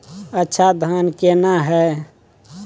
अच्छा धान केना हैय?